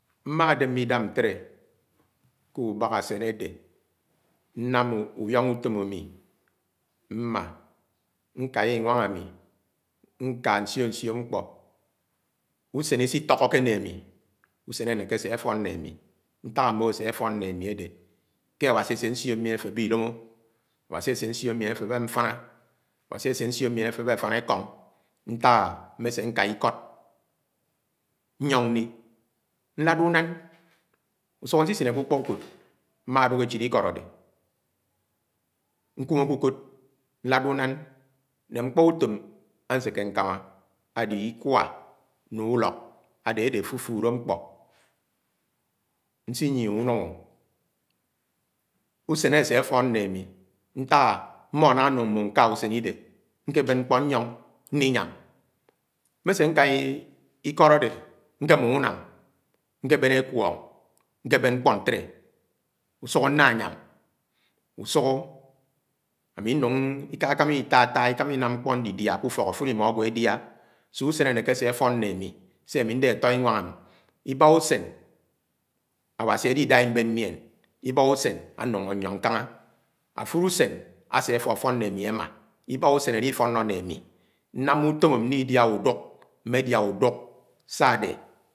Mma démé idáp ñtde úbákusén ade ñam úwiong utom ami mma nka nsio-nsio ñkpọ. úsen isitọhọ-ke ne ami úsén anéké se afon né ami ntak amóhó ase afin ne ami adé ké Awasi ase nsio nyien̄ aféb ke ilómó, Awasi asé ansio nyieñ aféb ke áfánékóng. Ntáhá mmese nká ikọd nyong nli nláda unán, usuk nsisinéké nkpáúkọ mmawo ndúk echid ikood adé ñkúmó ké úkód, ñládá unán. Ade nkpo utom aseke ñkámá ade ikwá, ne úlọk ade afúfúle ñkpọ nsinyiehé úñọmọ. ùsén ase afó né ami ntáhá mmọ nangá núng ñwo nka usén idé ñkébén nkpo ñyóng ñlinyám, nkébén ekwóng, úsúhú ñña anyam usúhú ikámá inám ñkpọ ndidiá ké úfọn né ami. Se áme ndé atọ inwang ibáháúsén Awasi alidáhá imbed ñyién, ibáhá usen añoñgo ñyọng ñkángá, áfúló usén ase afofón ke ami ámá ibáhá usén alifónó ne amé. Námá utom nlidiaha údúk mmedia udúk sa-adé.